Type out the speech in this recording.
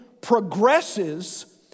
progresses